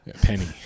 penny